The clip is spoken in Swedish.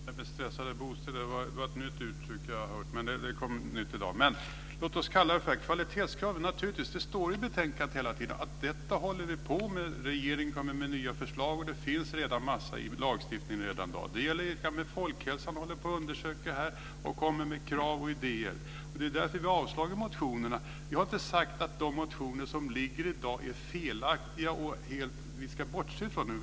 Fru talman! Det här med stressade bostäder var ett nytt uttryck som jag tidigare inte har hört. När det gäller kvalitetskraven står det i betänkandet att vi håller på att arbeta med dessa. Regeringen kommer med nya förslag och det finns redan en mängd lagstiftning. Även folkhälsan håller på att undersöka och kommer med krav och idéer. Det är därför som vi har avstyrkt motionerna. Vi har inte sagt att dessa motioner är felaktiga och att vi ska bortse från dem.